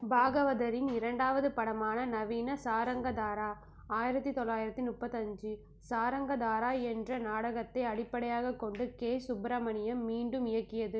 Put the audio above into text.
பாகவதரின் இரண்டாவது படமான நவீன சாரங்கதாரா ஆயிரத்தி தொள்ளாயிரத்தி முப்பத்தஞ்சி சாரங்கதாரா என்ற நாடகத்தை அடிப்படையாகக் கொண்டு கே சுப்பிரமணியம் மீண்டும் இயக்கியது